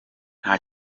nta